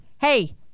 hey